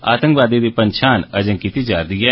आतंकवादी दी पंछान अजें कीती जा'रदी ऐ